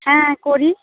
হ্যাঁ করি